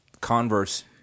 Converse